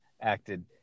acted